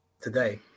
today